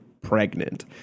pregnant